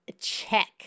Check